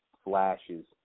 flashes